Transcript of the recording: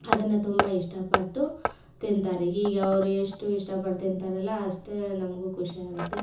ಅದನ್ನು ತುಂಬ ಇಷ್ಟಪಟ್ಟು ತಿಂತಾರೆ ಹೀಗೆ ಅವರು ಎಷ್ಟು ಇಷ್ಟಪಟ್ಟು ತಿಂತಾರಲ್ಲ ಅಷ್ಟೇ ನಮಗೂ ಖುಷಿಯಾಗತ್ತೆ